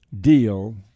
deal